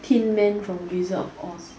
tin man from wizard of oz